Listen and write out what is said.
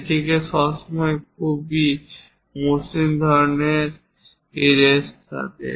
যেটিতে সবসময় এই খুব মসৃণ ধরনের ইরেজ থাকে